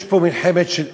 יש פה מלחמות של אגו,